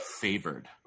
favored